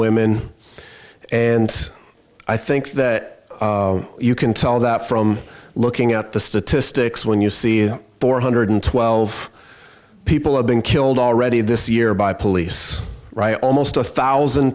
women and i think that you can tell that from looking at the statistics when you see four hundred twelve people have been killed already this year by police almost a thousand